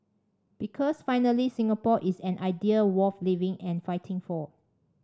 because finally Singapore is an idea worth living and fighting for